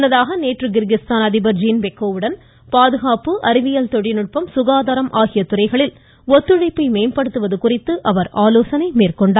முன்னதாக நேற்று கிர்கிஸ்தான் அதிபர் ஜீன்பெக்கோவுடன் பாதுகாப்பு அறிவியல் தொழில்நுட்பம் சுகாதாரம் ஆகிய துறைகளில் ஒத்துழைப்பை மேம்படுத்துவது குறித்து ஆலோசனை மேற்கொண்டார்